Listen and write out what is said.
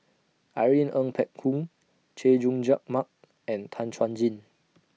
Irene Ng Phek Hoong Chay Jung Jun Mark and Tan Chuan Jin